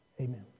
Amen